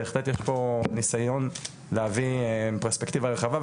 בהחלט יש פה ניסיון להביא פרספקטיבה רחבה,